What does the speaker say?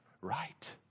right